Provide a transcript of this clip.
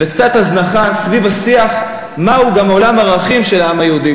וקצת הזנחה סביב השיח של מהו גם עולם הערכים של העם היהודי,